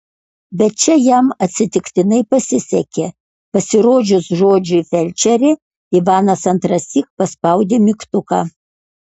bet čia jam atsitiktinai pasisekė pasirodžius žodžiui felčerė ivanas antrąsyk paspaudė mygtuką